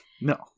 No